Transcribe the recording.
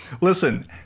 Listen